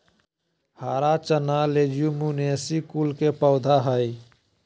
हरा चना लेज्युमिनेसी कुल के पौधा हई